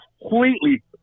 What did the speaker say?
completely